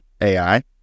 AI